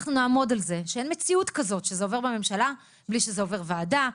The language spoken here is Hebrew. אנחנו נעמוד על זה שאין מציאות כזאת שזה עובר בממשלה בלי שזה עובר ועדה,